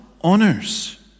honors